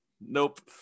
Nope